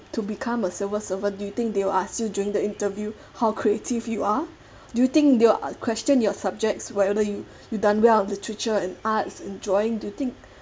to become a civil servant do you think they will ask you during the interview how creative you are do you think they will question your subjects whether you you've done well literature and arts and drawing do you think